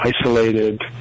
isolated